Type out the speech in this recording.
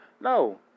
No